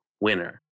winner